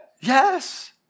Yes